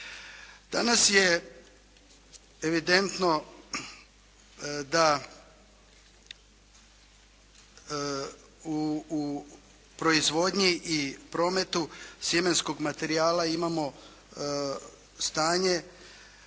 Danas je evidentno da u proizvodnji i prometu sjemenskog materijala imamo stanje